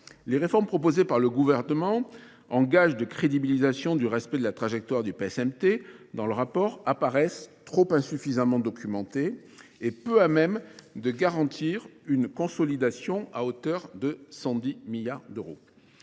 Les réformes proposées par le gouvernement en gage de crédibilisation du respect de la trajectoire du PSMT dans le rapport apparaissent trop insuffisamment documentées et peu à même de garantir une consolidation à hauteur de 110 milliards d'euros.